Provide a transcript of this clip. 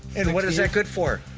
and what is that good for?